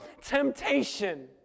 temptation